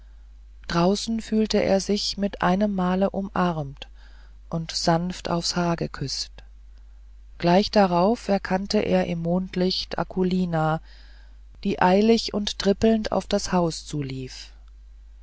draußen fühlte er sich mit einem male umarmt und sanft aufs haar geküßt gleich darauf erkannte er im mondlicht akulina die eilig und trippelnd auf das haus zulief